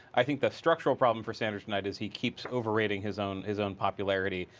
i think the structural problem for sanders tonight as he keeps overrating his own his own popularity.